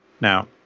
Now